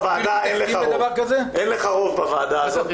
אין לך רוב בוועדה הזאת,